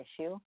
issue